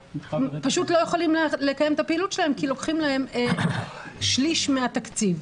פשוט לא יכולים לקיים את הפעילות שלהם כי לוקחים להם שליש מהתקציב.